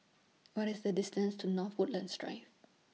What IS The distance to North Woodlands Drive